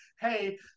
hey